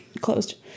closed